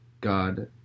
God